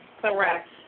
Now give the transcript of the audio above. Correct